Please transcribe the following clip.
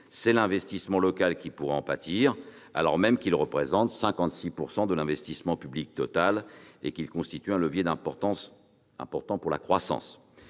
c'est l'investissement local qui pourrait en pâtir, alors même qu'il représente 56 % de l'investissement public total et qu'il constitue un levier important pour la croissance.